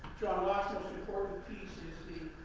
john locke's war and peace is the